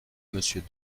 monsieur